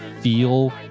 feel